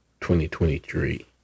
2023